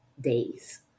days